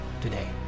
today